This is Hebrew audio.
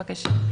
בבקשה.